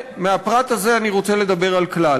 ומהפרט הזה אני רוצה לדבר על כלל.